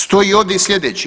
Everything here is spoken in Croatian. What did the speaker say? Stoji ovdje i sljedeće.